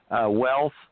wealth